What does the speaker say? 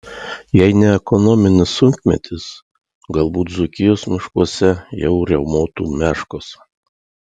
jei ne ekonominis sunkmetis galbūt dzūkijos miškuose jau riaumotų meškos